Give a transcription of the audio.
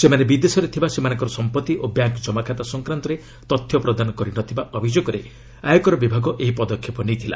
ସେମାନେ ବିଦେଶରେ ଥିବା ସେମାନଙ୍କର ସମ୍ପତ୍ତି ଓ ବ୍ୟାଙ୍କ୍ ଜମାଖାତା ସଂକ୍ରାନ୍ତରେ ତଥ୍ୟ ପ୍ରଦାନ କରି ନ ଥିବା ଅଭିଯୋଗରେ ଆୟକର ବିଭାଗ ଏହି ପଦକ୍ଷେପ ନେଇଥିଲା